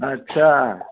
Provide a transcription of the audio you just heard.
अच्छा